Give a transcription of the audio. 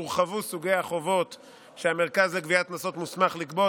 הורחבו סוגי החובות שהמרכז לגביית חובות מוסמך לגבות,